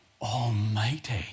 almighty